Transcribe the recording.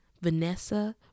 Vanessa